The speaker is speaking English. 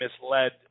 misled